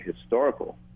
historical